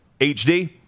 HD